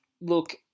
Look